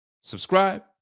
Subscribe